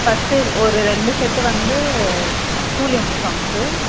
first ஒரு ரெண்டு set வந்து ஸ்கூல் யூனிஃபார்ம்ஸு